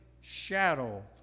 shadow